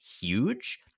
huge